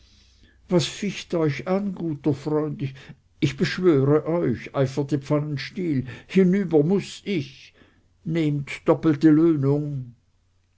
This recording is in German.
was ficht euch an guter freund ich beschwöre euch eiferte pfannenstiel hinüber muß ich nehmt doppelte löhnung